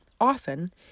often